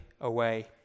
away